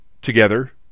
together